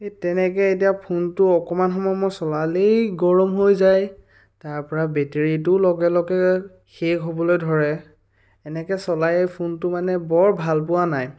এই তেনেকেই এতিয়া ফোনটো অকমান সময় মই চলালেই গৰম হৈ যায় তাৰপৰা বেটেৰীটো লগে লগে শেষ হ'বলৈ ধৰে এনেকৈ চলাই ফোনটো মানে বৰ ভাল পোৱা নাই